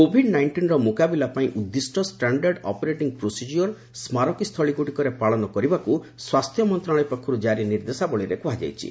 Covid ନାଇଷ୍ଟିନ୍ର ମୁକାବିଲା ପାଇଁ ଉଦ୍ଦିଷ୍ଟ ଷ୍ଟାଣ୍ଡାର୍ଡ୍ ଅପରେଟିଂ ପ୍ରୋସିଜିଓର ସ୍କାରକୀସ୍ଥଳୀଗୁଡ଼ିକରେ ପାଳନ କରିବାକୁ ସ୍ୱାସ୍ଥ୍ୟ ମନ୍ତ୍ରଣାଳୟ ପକ୍ଷରୁ କାରି ନିର୍ଦ୍ଦେଶାବଳୀରେ କୁହାଯାଇଛି